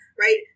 right